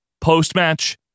post-match